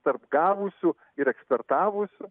tarp gavusių ir ekspertavusių